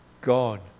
God